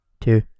two